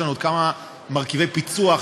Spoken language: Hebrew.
יש לנו עוד כמה מרכיבי פיצוח,